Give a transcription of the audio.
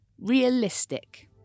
realistic